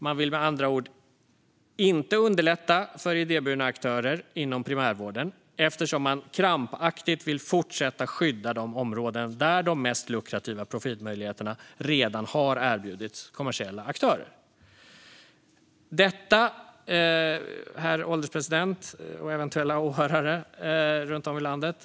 Man vill med andra ord inte underlätta för idéburna aktörer inom primärvården eftersom man krampaktigt vill fortsätta skydda de områden där de mest lukrativa profitmöjligheterna redan har erbjudits kommersiella aktörer. Herr ålderspresident och eventuella åhörare runt om i landet!